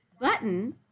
button